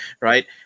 right